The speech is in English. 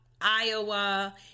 Iowa